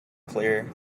clear